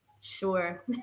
Sure